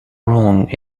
wrong